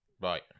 Right